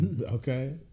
Okay